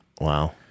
wow